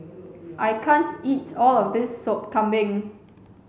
I can't eat all of this sop kambing